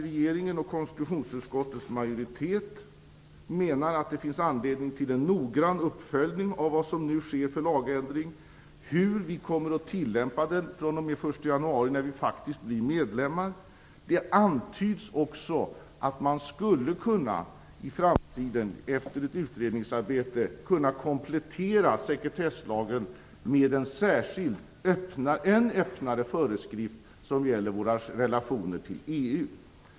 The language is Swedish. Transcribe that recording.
Regeringen och konstitutionsutskottets majoritet menar att det finns anledning till en noggrann uppföljning av hur vi fr.o.m. den 1 januari, när vi blir medlemmar, kommer att tillämpa den lagändring som görs. Det antyds också att man i framtiden efter ett utredningsarbete skulle kunna komplettera sekretesslagen med en än öppnare föreskrift som gäller våra relationer till EU.